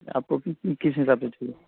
آپ کو کس حساب سے چاہیے